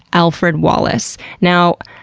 alfred wallace. now,